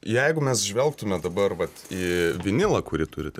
jeigu mes žvelgtume dabar vat į vinilą kurį turite